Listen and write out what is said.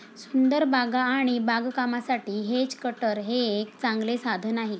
सुंदर बागा आणि बागकामासाठी हेज कटर हे एक चांगले साधन आहे